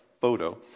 photo